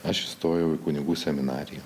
aš įstojau į kunigų seminariją